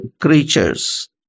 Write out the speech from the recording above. creatures